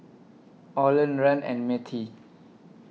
Orland Rand and Mettie